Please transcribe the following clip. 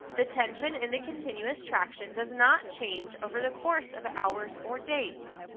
the tension in the continuous traction does not change over the course of hours or days.